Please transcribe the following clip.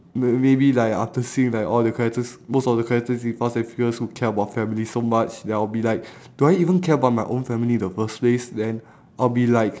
no maybe like after seeing like all the characters most of the characters in fast and furious who care about family so much then I'll be like do I even care about my own family in the first place then I'll be like